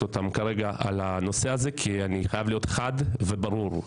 אותם כרגע כי אני חייב להיות חד וברור.